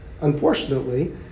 Unfortunately